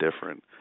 different